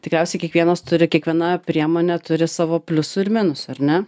tikriausiai kiekvienas turi kiekviena priemonė turi savo pliusų ir minusų ar ne